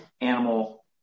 animal